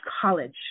college